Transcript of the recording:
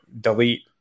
delete